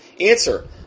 Answer